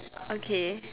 okay